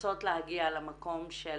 רוצות להגיע למקום של